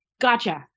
Gotcha